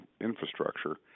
infrastructure